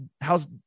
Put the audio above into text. how's